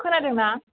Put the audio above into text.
खोनादोंना